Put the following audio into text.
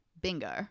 Bingo